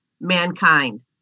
mankind